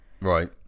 Right